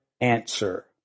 answer